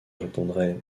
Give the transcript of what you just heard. répondrai